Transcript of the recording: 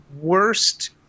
worst